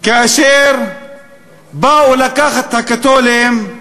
כאשר באו לקחת את הקתולים,